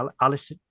alice